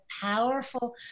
powerful